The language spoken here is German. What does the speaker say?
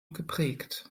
geprägt